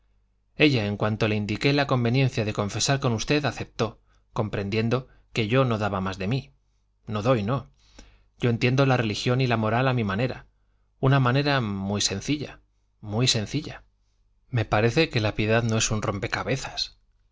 ella en cuanto le indiqué la conveniencia de confesar con usted aceptó comprendiendo que yo no daba más de mí no doy no yo entiendo la religión y la moral a mi manera una manera muy sencilla muy sencilla me parece que la piedad no es un rompe cabezas